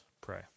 pray